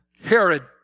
Herod